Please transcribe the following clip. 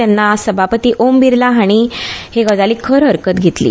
तेन्ना सभापती ओम बिर्ला हीण हे गजालीक हरकत घेतली